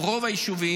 או רוב היישובים,